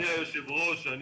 אדוני היושב ראש,